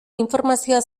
informazioa